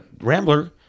Rambler